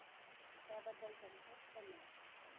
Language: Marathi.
त्याबद्दल त्यांचं धन्यवाद